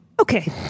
Okay